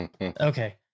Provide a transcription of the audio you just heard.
okay